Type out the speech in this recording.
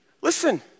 Listen